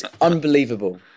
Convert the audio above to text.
unbelievable